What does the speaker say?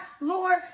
Lord